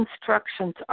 instructions